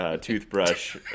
Toothbrush